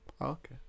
Okay